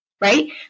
right